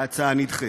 ההצעה נדחית.